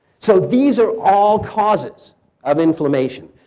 so these are all causes of inflammation.